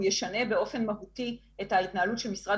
והוא ישנה באופן מהותי את ההתנהלות של משרד